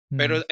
pero